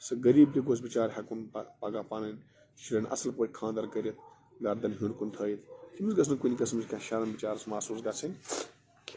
سُہ غریٖب تہِ گوٚژھ بِچارٕ ہٮ۪کُن پگاہ پگاہ پنٕنۍ شُرٮ۪ن اَصٕل پٲٹھۍ خانٛدر کٔرِتھ گردن ہیٚور کُن تھٲوِتھ تٔمِس گٔژھ نہٕ کُنہِ قٕسمچ کانٛہہ شرم بِچارس محسوٗس گژھٕنۍ کیٚنٛہہ